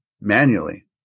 manually